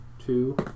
Two